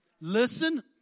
Listen